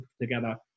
together